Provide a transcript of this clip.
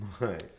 Nice